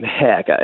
heck